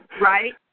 right